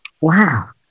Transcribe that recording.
Wow